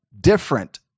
different